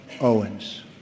Owens